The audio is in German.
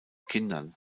kindern